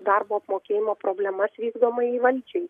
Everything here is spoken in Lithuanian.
darbo apmokėjimo problemas vykdomajai valdžiai